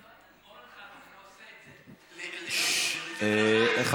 מה שהוא עשה לי, פה במליאה, אז מה, מישהו קפץ?